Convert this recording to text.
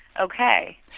okay